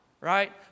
right